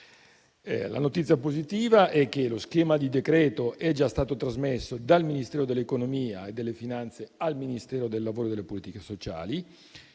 La notizia positiva è che lo schema di decreto è già stato trasmesso dal Ministero dell'economia e delle finanze al Ministero del lavoro e delle politiche sociali,